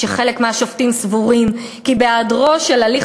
"שחלק מהשופטים סבורים כי בהיעדרו של הליך